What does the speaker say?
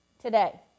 today